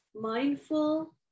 mindful